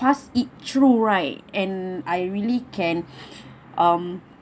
pass it through right and I really can um